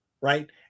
Right